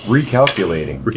Recalculating